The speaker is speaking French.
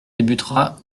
débutera